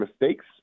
mistakes